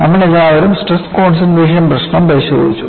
നമ്മൾ എല്ലാവരും stress concentration പ്രശ്നം പരിശോധിച്ചു